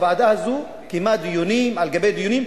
הוועדה הזאת קיימה דיונים על גבי דיונים,